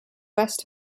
west